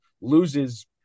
loses